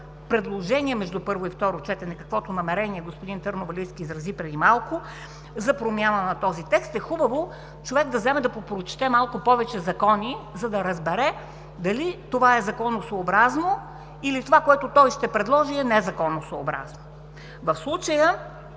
предложения между първо и второ четене, каквото намерение господин Търновалийски изрази преди малко за промяна на този текст, е хубаво човек да вземе да попрочете малко повече закони, за да разбере дали това е законосъобразно или това, което той ще предложи, е незаконосъобразно. В случая